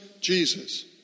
Jesus